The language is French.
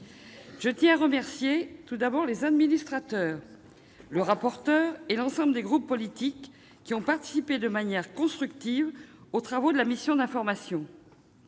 Je tiens à remercier tout d'abord les administrateurs, le rapporteur et l'ensemble des groupes politiques qui ont participé, de manière constructive, aux travaux de la mission d'information.